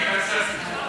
לכספים, לכספים.